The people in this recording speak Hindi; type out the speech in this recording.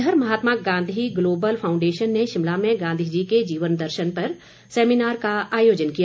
इधर महात्मा गांधी ग्लोबल फाउंडेशन ने शिमला में गांधी जी के जीवन दर्शन पर सैमिनार का आयोजन किया